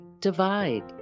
divide